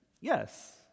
yes